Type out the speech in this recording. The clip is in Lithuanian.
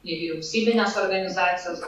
nevyriausybinės organizacijos